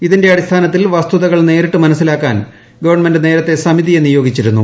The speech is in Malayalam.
ഇതിന്റെ അടിസ്ഥാനത്തിൽ വസ്തുതകൾ നേരിട്ട് മനസ്സിലാക്കാൻ ഗവൺമെന്റ് നേരത്തെ സമിതിയെ നിയോഗിച്ചിരുന്നു